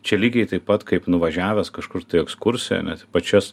čia lygiai taip pat kaip nuvažiavęs kažkur į ekskursiją net į pačias